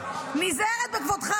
נזהרת בכבודך,